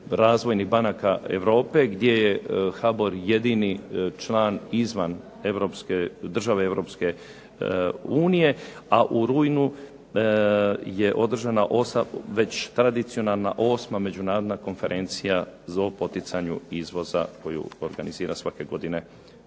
razvojnih banaka Europe gdje je HBOR jedini član izvan država Europske unije, a u rujnu je održana već tradicionalna 8. međunarodna konferencija o poticanju izvoza koju organizira svake godine HBOR.